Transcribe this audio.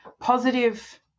positive